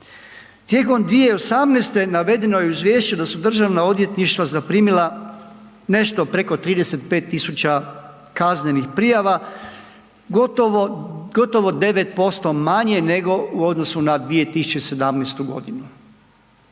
Tijekom 2018. navedeno je u izvješću da su državna odvjetništva zaprimila nešto preko 35.000 kaznenih prijava gotovo 9% manje nego u odnosu na 2017. godinu.